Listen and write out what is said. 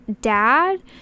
dad